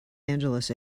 angeles